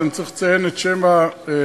ואני צריך לציין את שם הכותבת,